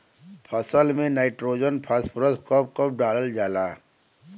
फसल में nitrogen phosphorus कब कब डालल जाला?